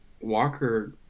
walker